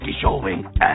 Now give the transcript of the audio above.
showing